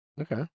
Okay